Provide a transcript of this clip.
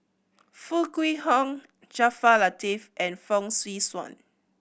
Foo Kwee Horng Jaafar Latiff and Fong Swee Suan